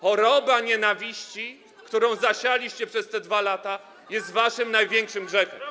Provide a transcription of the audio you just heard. Choroba nienawiści, którą zasialiście przez te 2 lata, jest waszym największym grzechem.